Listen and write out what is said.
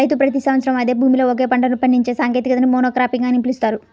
రైతు ప్రతి సంవత్సరం అదే భూమిలో ఒకే పంటను పండించే సాంకేతికతని మోనోక్రాపింగ్ అని పిలుస్తారు